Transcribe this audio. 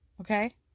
Okay